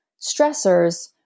stressors